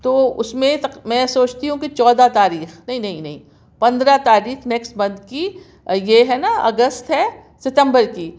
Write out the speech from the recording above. تو اس میں تک میں سوچتی ہوں کہ چودہ تاریخ نہیں نہیں نہیں پندرہ تاریخ نیکسٹ منتھ کی یہ ہے نا اگست ہے ستمبر کی